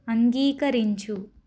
అంగీకరించు